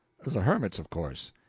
the hermits, of course.